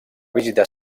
visitar